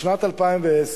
בשנת 2010,